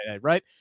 right